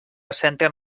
centren